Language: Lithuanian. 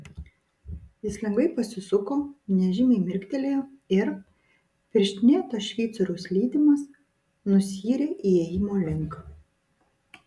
jis lengvai pasisuko nežymiai mirktelėjo ir pirštinėto šveicoriaus lydimas nusiyrė įėjimo link